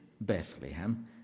Bethlehem